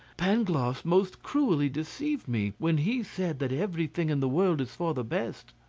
pangloss most cruelly deceived me when he said that everything in the world is for the best.